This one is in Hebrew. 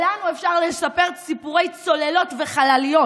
שלנו אפשר לספר סיפורי צוללות וחלליות,